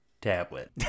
tablet